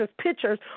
pictures